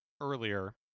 earlier